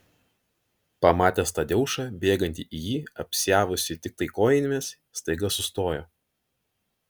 pamatęs tadeušą bėgantį į jį apsiavusį tiktai kojinėmis staiga sustojo